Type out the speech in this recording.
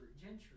Gentry